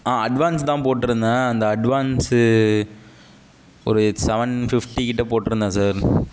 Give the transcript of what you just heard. ஆ advance தான் போட்டுருந்தேன் அந்த அட்வான்ஸு ஒரு செவன் ஃபிஃப்ட்டிக்கிட்ட போட்டுருந்தேன் சார்